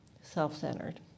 self-centered